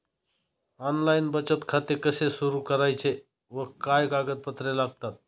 Online बचत खाते कसे सुरू करायचे व काय कागदपत्रे लागतात?